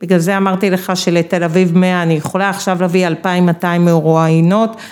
בגלל זה אמרתי לך שלתל אביב 100, אני יכולה עכשיו להביא 2,200 מרואיינות.